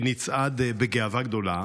אנחנו נצעד בגאווה גדולה,